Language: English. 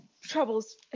troubles